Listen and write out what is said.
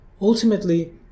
ultimately